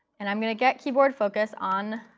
and i'm going to get keyboard focus on